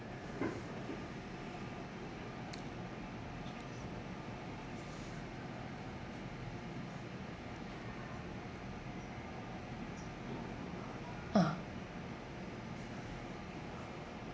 ah